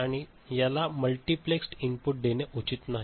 आणि याला multiplexed input देणे उचित नाही